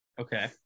Okay